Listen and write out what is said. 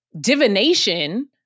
divination